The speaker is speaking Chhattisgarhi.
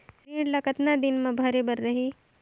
ऋण ला कतना दिन मा भरे बर रही?